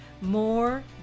more